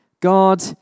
God